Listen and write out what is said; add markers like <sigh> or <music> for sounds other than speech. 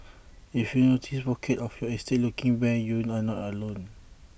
if you notice pockets of your estate looking bare you are not alone <noise>